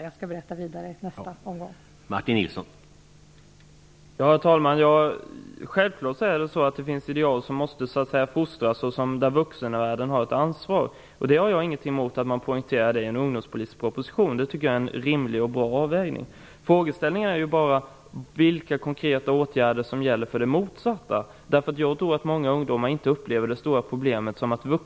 Jag skall berätta vidare i mitt nästa inlägg.